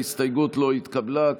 ההסתייגות לא התקבלה.